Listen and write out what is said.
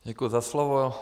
Děkuji za slovo.